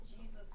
Jesus